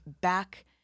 back